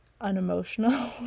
unemotional